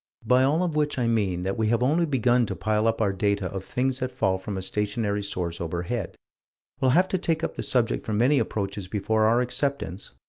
by all of which i mean that we have only begun to pile up our data of things that fall from a stationary source overhead we'll have to take up the subject from many approaches before our acceptance,